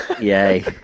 Yay